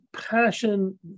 passion